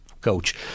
coach